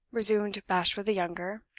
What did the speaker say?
resumed bashwood the younger,